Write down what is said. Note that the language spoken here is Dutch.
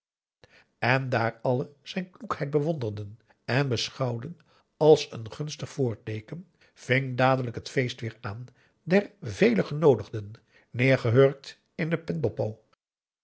en daar allen zijn kloekheid bewonderden en beschouwden als een gunstig voorteeken ving dadelijk het feest weer aan der vele genoodigden neergehurkt in de pendoppo